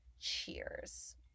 Cheers